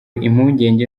impungenge